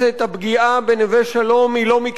הפגיעה בנווה-שלום היא לא מקרית,